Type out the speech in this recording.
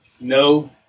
No